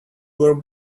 were